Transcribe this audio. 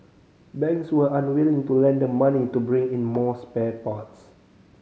banks were unwilling to lend them money to bring in more spare parts